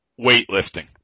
weightlifting